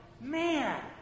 man